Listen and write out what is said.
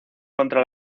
contra